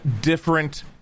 different